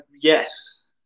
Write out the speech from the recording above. Yes